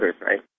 right